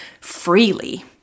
freely